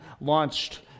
launched